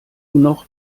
noch